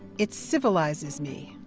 it civilizes me.